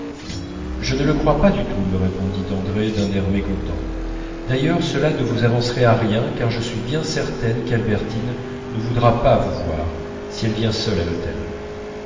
je ne le crois pas du tout me répondit andrée d'un air mécontent d'ailleurs cela ne vous avancerait à rien car je suis bien certaine qu'albertine ne voudra pas vous voir si elle vient seule à l'hôtel